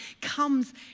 comes